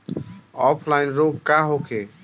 Offline रोग का होखे?